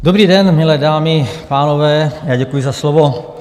Dobrý den, milé dámy, pánové, děkuji za slovo.